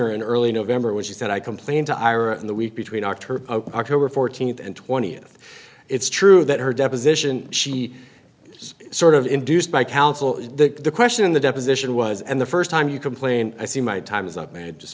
or in early november when she said i complained to ira in the week between october october fourteenth and twentieth it's true that her deposition she was sort of induced by counsel the question in the deposition was and the first time you complain i see my time is up and it just